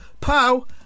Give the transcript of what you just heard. pow